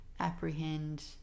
apprehend